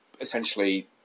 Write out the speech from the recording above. essentially